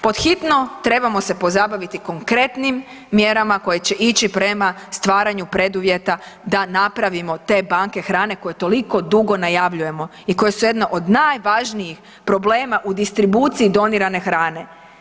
Pod hitno trebamo se pozabaviti konkretnim mjerama koje će ići prema stvaranju preduvjeta da napravimo te banke hrane koje toliko dugo najavljujemo i koje su jedna od najvažnijih problema u distribuciji donirane hrane.